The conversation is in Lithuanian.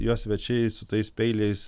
jo svečiai su tais peiliais